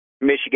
Michigan